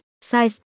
size